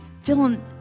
feeling